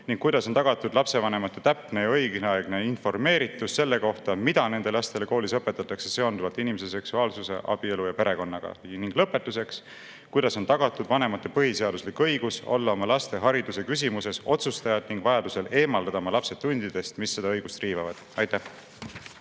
Kuidas on tagatud lapsevanemate täpne ja õigeaegne informeeritus sellest, mida nende lastele koolis õpetatakse seonduvalt inimese seksuaalsuse, abielu ja perekonnaga? Ning lõpetuseks: kuidas on tagatud vanemate põhiseaduslik õigus olla oma laste hariduse küsimuses otsustajad ning vajadusel eemaldada oma lapsed tundidest, mis seda õigust riivavad? Suur